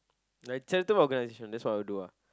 like charitable organisation that's what I would do ah